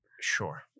Sure